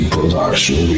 Production